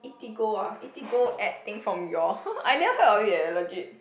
Eatigo ah Eatigo app thing from you all I never heard of it eh legit